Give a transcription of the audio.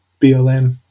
BLM